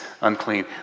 unclean